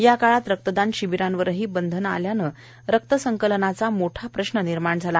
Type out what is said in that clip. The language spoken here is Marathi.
या काळात रक्तदान शिबिरांवरही बंधने आल्याने रक्तसंकलनाचा मोठा प्रश्न निर्माण झाला